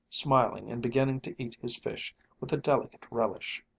smiling and beginning to eat his fish with a delicate relish.